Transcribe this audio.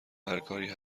هرکاری